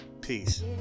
peace